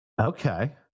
Okay